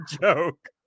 joke